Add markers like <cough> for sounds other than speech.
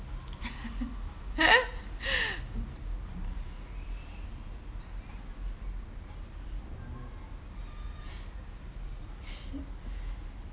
<laughs>